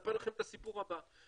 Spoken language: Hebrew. נספר לכם את הסיפור הבא.